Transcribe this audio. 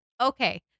Okay